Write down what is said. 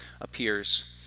appears